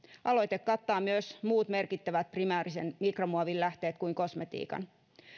aloite kattaa myös muut merkittävät primäärisen mikromuovin lähteet kuin kosmetiikan